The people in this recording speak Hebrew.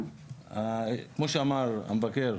כמו שאמר המבקר,